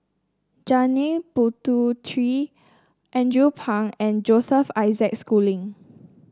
Janil Puthucheary Andrew Phang and Joseph Isaac Schooling